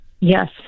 Yes